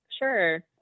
Sure